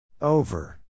Over